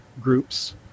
groups